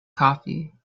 coffee